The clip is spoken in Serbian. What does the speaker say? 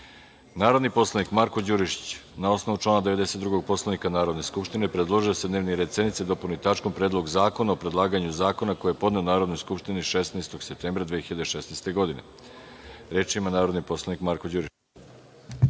predlog. Narodni poslanik Marko Đurišić, na osnovu člana 92. Poslovnika Narodne skupštine, predložio je da se dnevni red sednice dopuni tačkom: Predlog zakona o predlaganju zakona, koji je podneo Narodnoj skupštini 16. septembra 2016. godine. Reč ima narodni poslanik Marko Đurišić.